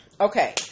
okay